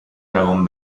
dragón